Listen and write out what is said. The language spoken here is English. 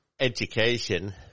education